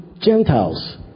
Gentiles